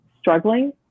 struggling